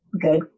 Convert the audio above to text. good